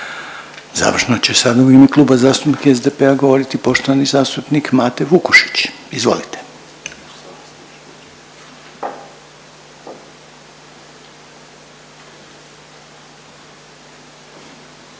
Završno će i sad u ime Kluba zastupnika SDP-a govoriti poštovani zastupnik Mate Vukušić, izvolite.